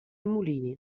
mulini